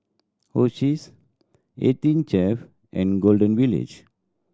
Oishis Eighteen Chef and Golden Village